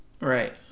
right